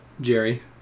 Jerry